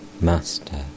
Master